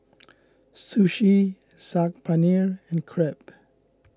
Sushi Saag Paneer and Crepe